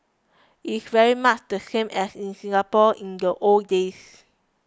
it's very much the same as in Singapore in the old days